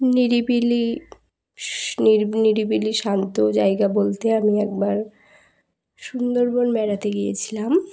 নিরিবিলি নির নিরিবিলি শান্ত জায়গা বলতে আমি একবার সুন্দরবন বেড়াতে গিয়েছিলাম